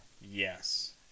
Yes